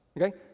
Okay